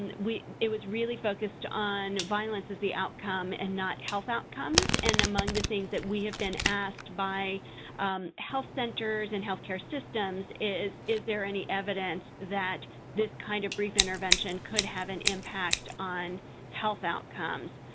and we it was really focused on violence as the outcome and not health outcomes. and among the things that we have been asked by health centers and health care systems is, is there any evidence that this kind of brief intervention could have an impact on health outcomes?